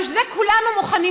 ובשביל זה כולנו מוכנים,